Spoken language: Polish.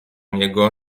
niego